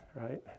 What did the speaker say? right